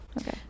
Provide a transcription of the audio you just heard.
Okay